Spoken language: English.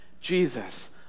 Jesus